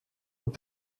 und